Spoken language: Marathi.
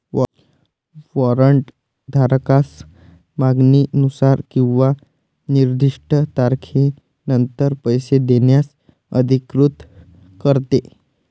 वॉरंट धारकास मागणीनुसार किंवा निर्दिष्ट तारखेनंतर पैसे देण्यास अधिकृत करते